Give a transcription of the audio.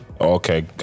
Okay